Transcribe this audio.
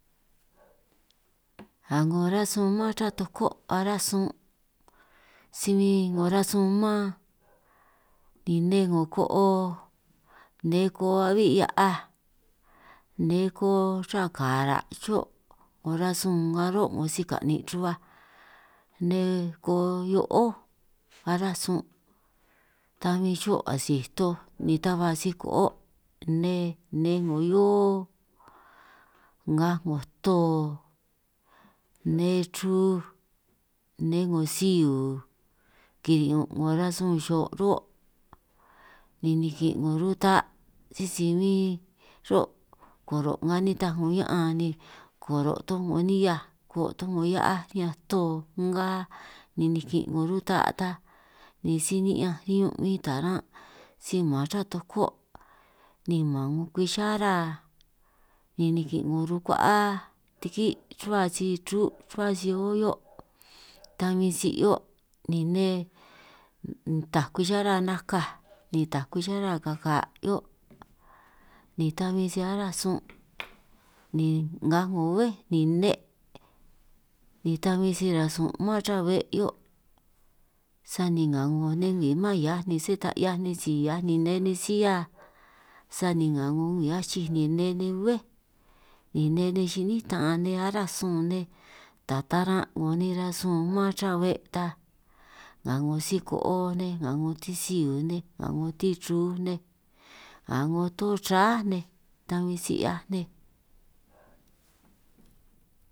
Nga 'ngo rasun man ruhua toko' aránj sun' si huin 'ngo rasun mán ni nne 'ngo ko'o, nne ko'o a'bi' hia'aj nne ko'o ruhua kara' xo' 'ngo rasun nga ro' 'ngo si ka'nin' ruhua, nne ko'o hio'ó aránj sun' ta bin xo' asij toj ni ta ba si-ko'o, nne nne 'ngo hio ngaj 'ngo to, nne chruj, nne 'ngo siuu, kiri'ñun' 'ngo rasun xo' ruhuo' ni nikin' 'ngo rutaj, sisi bin ro' koro' nga nitaj 'ngo koro' toj 'ngo nihiaj ko' toj 'ngo hia'aj niñanj to nga ni nikin' 'ngo ruda' ta ni si ni'ñanj riñun' bin taran' si man ruhua toko' ni man 'ngo kwichara, ni nikin 'ngo chrukua'a tiki' ruhua si-ru' ruhua si-ollo' ta bi si 'hio', ni nne taj kwichara nakaj ni taj kwichara kaka' 'hio' ni ta bin si aráj sun', ni ngaj 'ngo be' ni nne' ni ta bin si-rasun' man ruhua be' 'hio', sani nga 'ngo nej ngwii man hiaj ni sé ta 'hiaj ninj si hiaj ni nne ninj silla, sani nga 'ngo ngwi achij ni nne nej bbé ni nne nej yi'nín ta'an nej aráj sun nej, ta taj taran' 'ngo nej rasun man ruhua be' ta, nga 'ngo si-ko'o nej nga 'ngo nga 'ngo si-siuu nej nga tiruj nej nga to chra nej ta bin si 'hiaj nnej.